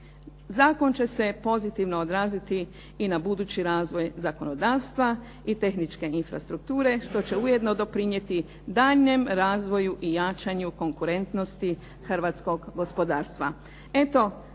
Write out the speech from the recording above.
Zakon će se pozitivno odraziti i na budući razvoj zakonodavstva i tehničke infrastrukture što će ujedno doprinijeti daljnjem razvoju i jačanju konkurentnosti hrvatskog gospodarstva.